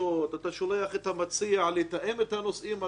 אתה שולח את המציע לתאם את הנושאים הלו.